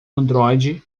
android